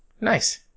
nice